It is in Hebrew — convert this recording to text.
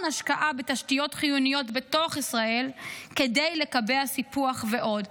השקעה בתשתיות חיוניות בתוך ישראל כדי לקבע סיפוח ועוד,